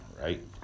right